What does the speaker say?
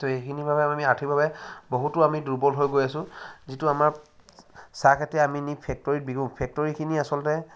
তো সেইখিনি বাবে আমি আৰ্থিকভাৱে বহুতো আমি দুৰ্বল হৈ গৈ আছোঁ যিটো আমাৰ চাহ খেতি আমি নি ফেক্টৰীত বিকোঁ ফেক্টৰীখিনি আচলতে